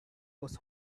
was